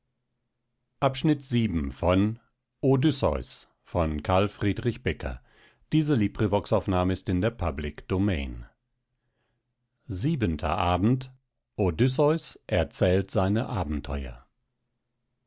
rühren odysseus erzählt seine abenteuer